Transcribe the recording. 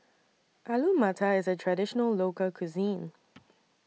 Alu Matar IS A Traditional Local Cuisine